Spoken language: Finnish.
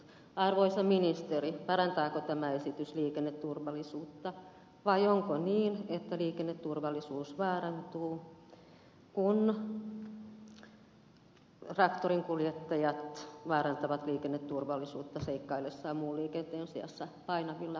arvoisa ministeri parantaako tämä esitys liikenneturvallisuutta vai onko niin että liikenneturvallisuus vaarantuu kun traktorinkuljettajat vaarantavat liikenneturvallisuutta seikkaillessaan muun liikenteen seassa painavilla traktoriyhdistelmillään